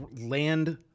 land